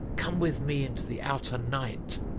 come with me into the outer night,